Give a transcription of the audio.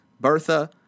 Bertha